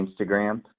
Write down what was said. Instagram